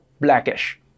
Blackish